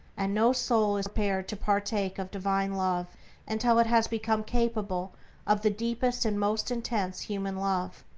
and no soul is prepared to partake of divine love until it has become capable of the deepest and most intense human love.